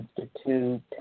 Institute